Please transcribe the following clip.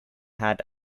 had